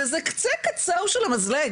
וזה קצה קצהו של המזלג.